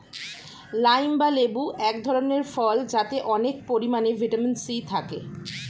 lime বা লেবু এক ধরনের ফল যাতে অনেক পরিমাণে ভিটামিন সি থাকে